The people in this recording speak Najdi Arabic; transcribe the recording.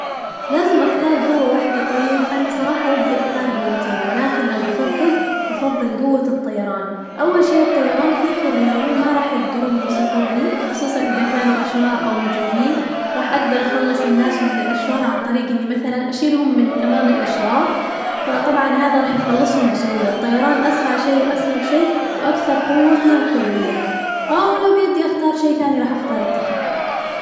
لازم اختار قوة واحدة طيب، أنا صراحة ودي أختار قوتين ولكن لو بفظل بفظل قوة الطيران، أول شي الطيران في حرية ما راح يقدرون يمسكوني خصوصاً إذا كانوا أشرار أو مجرمين، راح أقدر أخلص الناس من الأشرار عن طريق إني مثلاً أشيلهم من أمام الأشرار، فطبعاً هذا راح يخلصهم بسهولة، الطيران أسرع شي وأسهل شي وأكثر قوة فيها حرية، آه ولو بيدي أختار شي ثاني راح أختار التخفي.